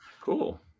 Cool